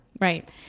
Right